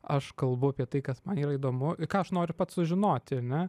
aš kalbu apie tai kas man yra įdomu ką aš noriu sužinoti ane